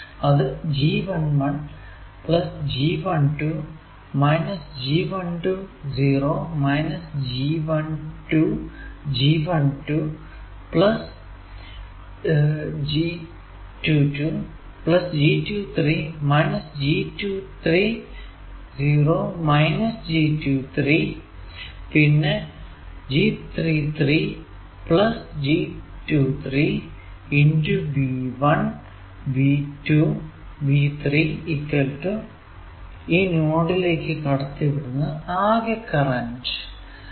അത് G11 G12 G12 0 G12 G12 G22 G23 G23 0 G23 പിന്നെ G33 G23 V1 V2 V3 നോഡിലേക്കു കടത്തിവിടുന്ന ആകെ കറന്റ് ആണ്